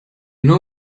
know